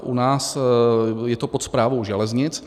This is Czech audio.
U nás je to pod Správou železnic.